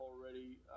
already